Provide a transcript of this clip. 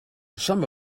some